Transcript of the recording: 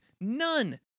None